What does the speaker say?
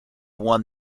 won